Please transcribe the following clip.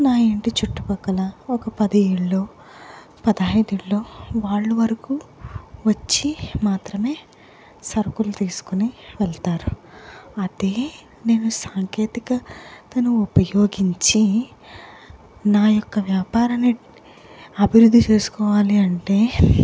నా ఇంటి చుట్టుపక్కల ఒక పది ఇళ్ళు పదిహేను ఇళ్ళు వాళ్ళు వరకు వచ్చి మాత్రమే సరుకులు తీసుకుని వెళతారు అదే నేను సాంకేతికతను ఉపయోగించి నా యొక్క వ్యాపారాన్ని అభివృద్ధి చేసుకోవాలి అంటే